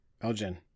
Elgin